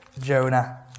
Jonah